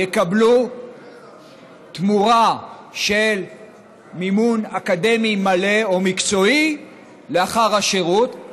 יקבלו תמורה של מימון אקדמי מלא או מקצועי לאחר השירות,